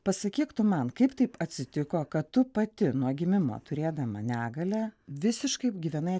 pasakyk tu man kaip taip atsitiko kad tu pati nuo gimimo turėdama negalią visiškai gyvenai